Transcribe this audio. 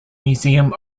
museum